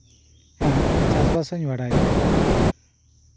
ᱦᱮᱸ ᱪᱟᱥᱵᱟᱥ ᱫᱩᱧ ᱵᱟᱰᱟᱭ ᱜᱮᱭᱟ